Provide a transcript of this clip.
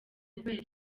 gukorera